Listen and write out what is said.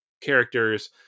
characters